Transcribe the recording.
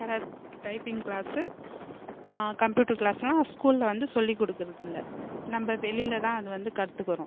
Karat typing class computer க்ளாஸ்லாம் ஸ்கூல்ல வந்து சொல்லிக்கொடுக்கறதில்ல நம்ம வெளியில தான் அது வந்து கத்துக்கிறோம்